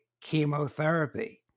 chemotherapy